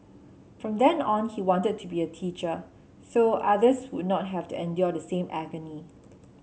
from then on he wanted to be a teacher so others would not have to endure the same agony